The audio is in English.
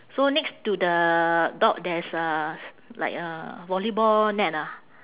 so next to the dog there's a like a volleyball net ah